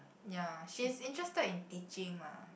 ya she's interested in teaching lah